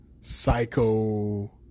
psycho